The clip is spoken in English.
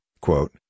quote